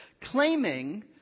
claiming